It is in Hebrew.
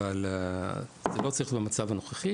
אבל זה לא צריך להיות במצב הנוכחי,